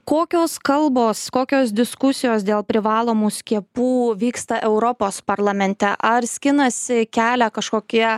kokios kalbos kokios diskusijos dėl privalomų skiepų vyksta europos parlamente ar skinasi kelią kažkokie